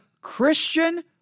Christian